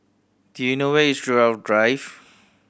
do you know where is Gerald Drive